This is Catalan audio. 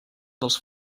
dels